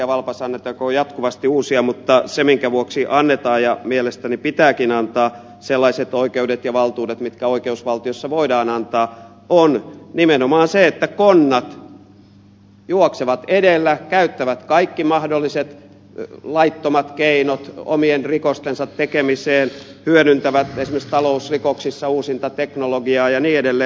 valpas annetaanko jatkuvasti uusia mutta se minkä vuoksi annetaan ja mielestäni pitääkin antaa sellaiset oikeudet ja valtuudet mitkä oikeusvaltiossa voidaan antaa on nimenomaan se että konnat juoksevat edellä käyttävät kaikki mahdolliset laittomat keinot omien rikostensa tekemiseen hyödyntävät esimerkiksi talousrikoksissa uusinta teknologiaa ja niin edelleen